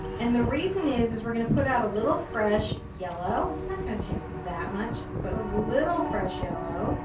and the reason is, is that we're going to put out a little fresh yellow. it's not going to take that much, but a little fresh yellow.